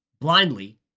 blindly